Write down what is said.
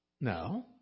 No